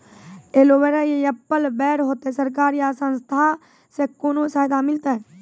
Aloe vera या apple बैर होते? सरकार या संस्था से कोनो सहायता मिलते?